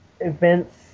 events